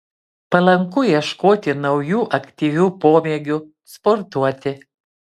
palanku ieškoti naujų aktyvių pomėgių sportuoti